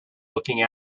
looking